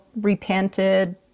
repented